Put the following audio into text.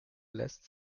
lässt